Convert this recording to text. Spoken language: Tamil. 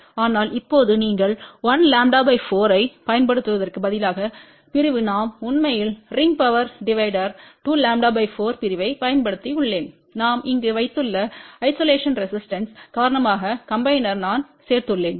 ஆனால் இப்போது நீங்கள் 1λ 4ஐப் பயன்படுத்துவதற்குப் பதிலாக பிரிவு நாம் உண்மையில்ரிங் பவர் டிவைடரின் 2λ 4 பிரிவைப் பயன்படுத்தியுள்ளேன் நாம் இங்கு வைத்துள்ள ஐசோலேஷன் ரெசிஸ்டன்ஸ்பின் காரணமாக காம்பினர் நான் சேர்த்துள்ளேன்